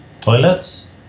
toilets